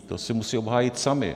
To si musí obhájit sami.